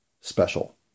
special